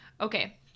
Okay